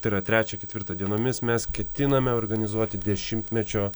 tai yra trečią ketvirtą dienomis mes ketiname organizuoti dešimtmečio